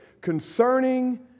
concerning